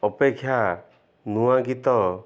ଅପେକ୍ଷା ନୂଆ ଗୀତ